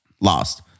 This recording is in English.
lost